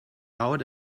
out